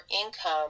income